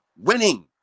Winning